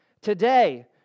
Today